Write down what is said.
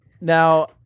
Now